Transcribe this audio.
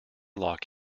lock